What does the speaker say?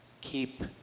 keep